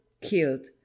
killed